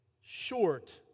short